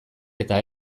eta